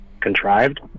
contrived